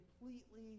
completely